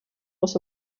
was